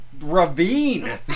ravine